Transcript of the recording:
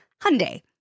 Hyundai